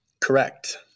Correct